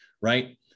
right